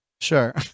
Sure